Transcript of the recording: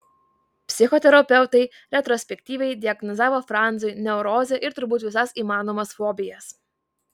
psichoterapeutai retrospektyviai diagnozavo franzui neurozę ir turbūt visas įmanomas fobijas